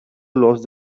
lost